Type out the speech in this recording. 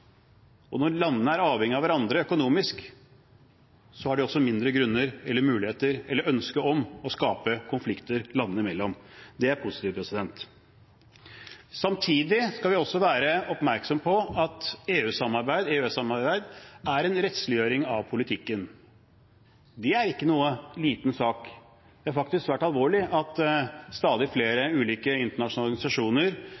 Når landene er avhengig av hverandre økonomisk, har de også mindre grunn til, eller mulighet til eller ønske om å skape konflikter landene imellom. Det er positivt. Samtidig skal vi også være oppmerksom på at EU-samarbeid, EØS-samarbeid, er en rettsliggjøring av politikken. Det er ikke noen liten sak. Det er faktisk svært alvorlig at stadig